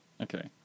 Okay